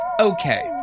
Okay